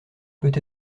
peut